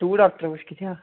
good afternoon